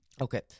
Okay